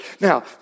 Now